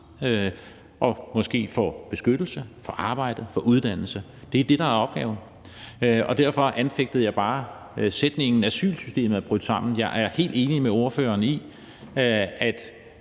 og måske få beskyttelse, få arbejde, få uddannelse. Det er det, der er opgaven, og derfor anfægtede jeg bare sætningen om, at asylsystemet er brudt sammen. Jeg er helt enig med ordføreren i, at